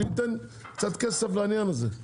שייתן קצת כסף לעניין הזה.